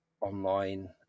online